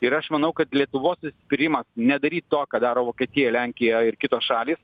ir aš manau kad lietuvos užsispyrimas nedaryt to ką daro vokietija lenkija ir kitos šalys